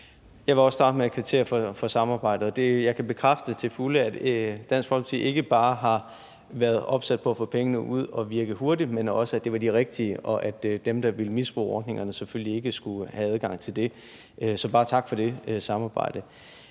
Jeg vil også starte med at kvittere for samarbejdet. Jeg kan bekræfte til fulde, at Dansk Folkeparti ikke bare har været opsat på at få pengene ud at virke hurtigt, men også at det var til de rigtige, og at dem, der ville misbruge ordningerne, selvfølgelig ikke skulle havde adgang til det. Så bare tak for det samarbejde.